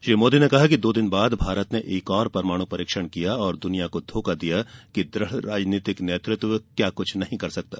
श्री मोदी ने कहा कि दो दिन बाद भारत ने एक और परमाणु परीक्षण किया और दुनिया को दिखा दिया कि द्रढ़ राजनीतिक नेतृत्व क्या कृष्ठ नहीं कर सकता